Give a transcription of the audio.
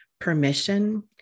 permission